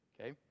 okay